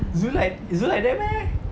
zul like zul like that meh